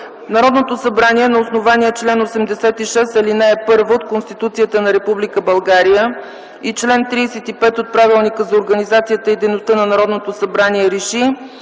Народното събрание на основание чл. 86, ал. 1 от Конституцията на Република България и чл. 35 от Правилника за организацията и дейността на Народното събрание РЕШИ: